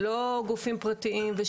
ולא גופים פרטיים.